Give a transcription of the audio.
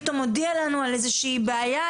פתאום הודיע לנו על איזושהי בעיה,